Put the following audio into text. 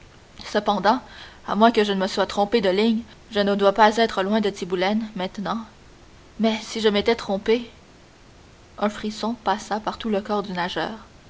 cependant à moins que je ne me sois trompé de ligne je ne dois pas être loin de tiboulen maintenant mais si je m'étais trompé un frisson passa par tout le corps du nageur